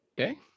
Okay